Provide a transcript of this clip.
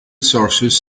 sources